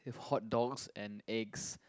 with hotdogs and eggs